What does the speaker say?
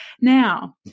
Now